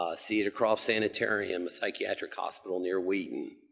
um cedarcroft sanitorium, psychiatric hospital near wheaton.